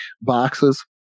boxes